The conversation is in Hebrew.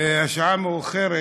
השעה מאוחרת,